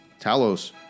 Talos